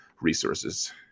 resources